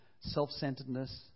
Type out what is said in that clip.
self-centeredness